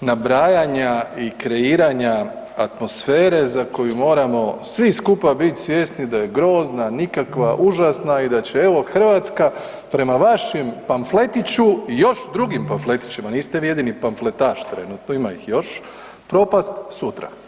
nabrajanja i kreiranja atmosfere za koju moramo svi skupa biti svjesni da je grozna, nikakva, užasna i da će evo, Hrvatska prema vašim pamfletiću i još drugim pamfletićima, niste vi jedini pamfletaš trenutno, ima ih još, propasti sutra.